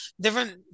different